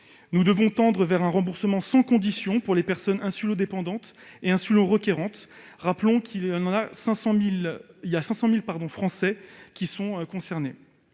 Nous devons tendre vers un remboursement sans condition pour les personnes insulino-dépendantes et insulino-requérantes- 500 000 Français sont concernés.